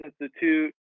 Institute